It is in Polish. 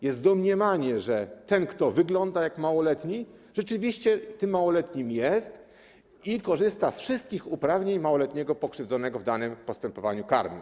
Jest domniemanie, że ten, kto wygląda jak małoletni, rzeczywiście jest małoletnim i korzysta z wszystkich uprawnień małoletniego pokrzywdzonego w danym postępowaniu karnym.